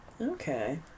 Okay